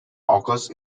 occurs